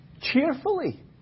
cheerfully